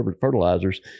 fertilizers